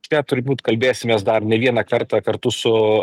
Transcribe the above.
čia turbūt kalbėsimės dar ne vieną kartą kartu su